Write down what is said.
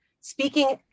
Speaking